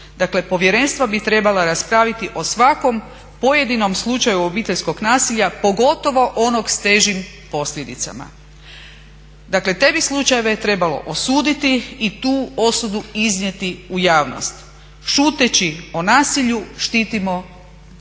povjerenstva bi trebala raspraviti o svakom pojedinom slučaju obiteljskog nasilja, pogotovo onog s težim posljedicama. Dakle te bi slučajeve trebalo osuditi i tu osudu iznijeti u javnost. Šuteći o nasilju štitimo počinitelja.